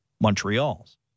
Montreal's